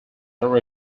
are